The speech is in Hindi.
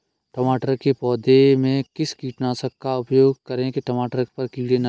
टमाटर के पौधे में किस कीटनाशक का उपयोग करें कि टमाटर पर कीड़े न लगें?